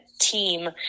team